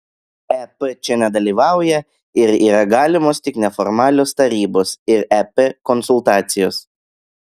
ep čia nedalyvauja ir yra galimos tik neformalios tarybos ir ep konsultacijos